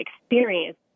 experience